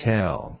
Tell